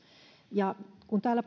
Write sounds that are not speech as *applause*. kun täällä *unintelligible*